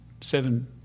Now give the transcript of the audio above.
seven